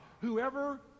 Whoever